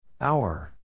Hour